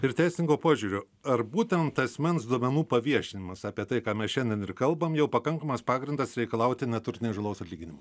ir teisininko požiūriu ar būtent asmens duomenų paviešinimas apie tai ką mes šiandien ir kalbam jau pakankamas pagrindas reikalauti neturtinės žalos atlyginimo